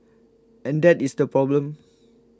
and that is the problem